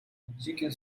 dzikie